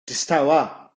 distawa